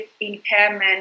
impairment